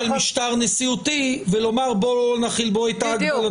ללכת עם דפוס של משטר נשיאותי ולומר: בואו נחיל בו את ההגבלות.